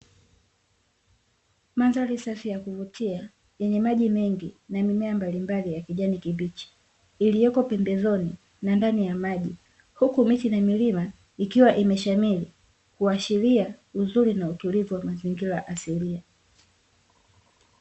Mandhari safi ya kuvutia yenye maji mengi na mimea mbalimbali ya kijani kibichi, iliyoko pembezoni na ndani ya maji. Huku miti na milima ikiwa imeshamiri kuashiria uzuri na utulivu wa mazingira asilia.